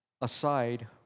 aside